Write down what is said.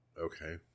Okay